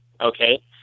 Okay